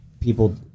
people